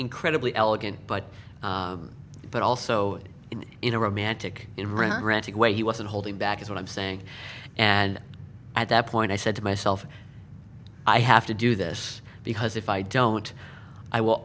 incredibly elegant but but also in a romantic in regretting way he wasn't holding back is what i'm saying and at that point i said to myself i have to do this because if i don't i will